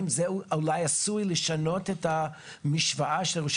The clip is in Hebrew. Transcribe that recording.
האם זה עשוי לשנות את המשוואה?